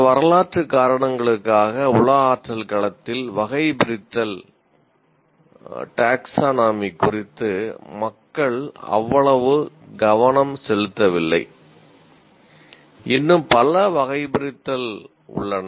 சில வரலாற்று காரணங்களுக்காக உள ஆற்றல் களத்தில் வகைபிரித்தல் குறித்து மக்கள் அவ்வளவு கவனம் செலுத்தவில்லை இன்னும் பல வகைபிரித்தல் உள்ளன